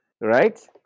right